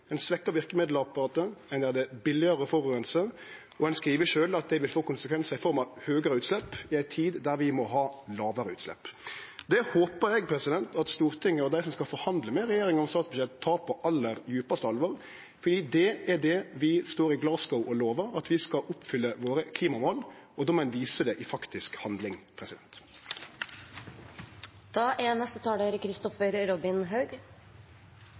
verkemiddelapparatet, og ein gjer det billegare å forureine. Ein skriv sjølv at det vil få konsekvensar i form av høgare utslepp, i ei tid der vi må ha lågare utslepp. Det håpar eg at Stortinget og dei som skal forhandle med regjeringa om statsbudsjett, tek på det aller djupaste alvor, for det er det vi står i Glasgow og lover – at vi skal oppfylle våre klimamål. Då må ein vise det i faktisk handling.